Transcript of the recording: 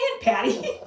Patty